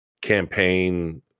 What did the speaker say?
campaign